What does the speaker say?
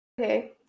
Okay